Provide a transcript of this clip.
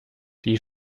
die